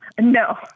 No